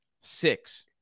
six